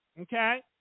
okay